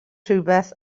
rhywbeth